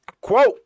quote